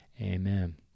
Amen